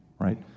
right